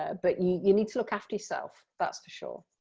ah but you you need to look after yourself that's for sure.